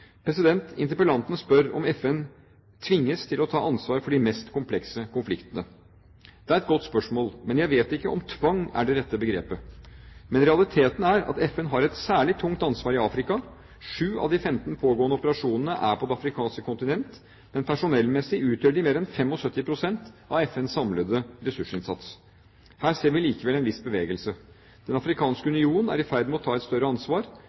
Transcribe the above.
Interpellanten spør om FN «tvinges» til å ta ansvar for de mest komplekse konfliktene. Det er et godt spørsmål, men jeg vet ikke om «tvang» er det rette begrepet. Men realiteten er at FN har et særlig tungt ansvar i Afrika. Sju av de femten pågående operasjonene er på det afrikanske kontinent, men personellmessig utgjør de mer enn 75 pst. av FNs samlede ressursinnsats. Her ser vi likevel en viss bevegelse: Den afrikanske union er i ferd med å ta et større ansvar.